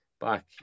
back